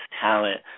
talent